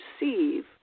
receive